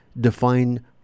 define